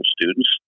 students